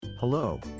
Hello